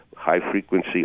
high-frequency